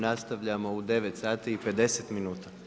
Nastavljamo u 9 sati i 50 minuta.